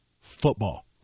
Football